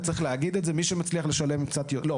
וצריך להגיד את זה מי שמצליח לשלם קצת יותר לא,